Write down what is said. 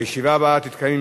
הישיבה הבאה תתקיים,